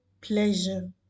pleasure